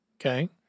Okay